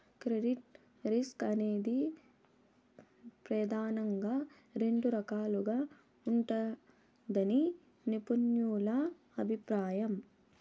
credit risk అనేది ప్రెదానంగా రెండు రకాలుగా ఉంటదని నిపుణుల అభిప్రాయం